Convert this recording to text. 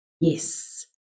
yes